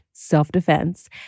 Self-defense